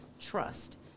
trust